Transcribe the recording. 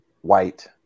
white